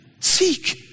seek